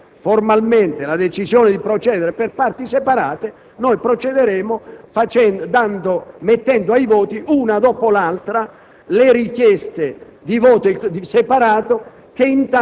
Se l'Assemblea accetta formalmente la decisione di votare per parti separate, procederemo mettendo ai voti, una dopo l'altra,